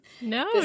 No